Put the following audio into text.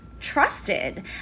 trusted